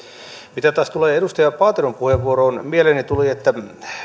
mitä taas tulee edustaja paateron puheenvuoroon mieleeni tuli että